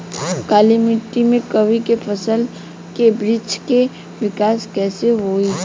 काली मिट्टी में कीवी के फल के बृछ के विकास कइसे होई?